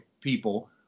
people